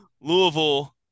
Louisville